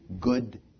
good